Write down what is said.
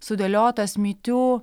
sudėliotas my tiū